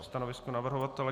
Stanovisko navrhovatele k M3?